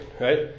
right